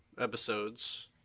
episodes